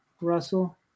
Russell